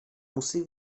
musí